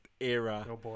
era